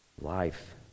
life